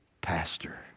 pastor